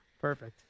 Perfect